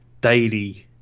daily